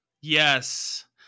yes